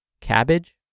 cabbage